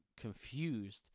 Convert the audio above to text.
confused